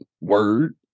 word